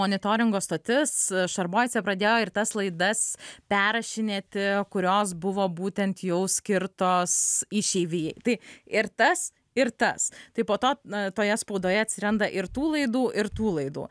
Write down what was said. monitoringo stotis šarboice pradėjo ir tas laidas perrašinėti kurios buvo būtent jau skirtos išeivijai tai ir tas ir tas tai po to na toje spaudoje atsiranda ir tų laidų ir tų laidų